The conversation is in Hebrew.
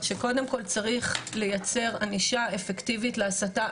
שקודם כל צריך לייצר ענישה אפקטיבית להסתה,